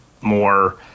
more